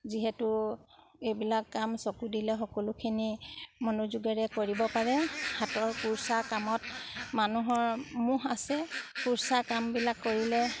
যিহেতু এইবিলাক কাম চকু দিলে সকলোখিনি মনোযোগেৰে কৰিব পাৰে হাতৰ কুৰুচা কামত মানুহৰ মোহ আছে কুৰুচা কামবিলাক কৰিলে